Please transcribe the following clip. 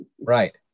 Right